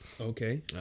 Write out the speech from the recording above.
Okay